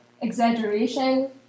exaggeration